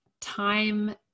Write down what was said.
Time